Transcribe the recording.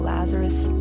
Lazarus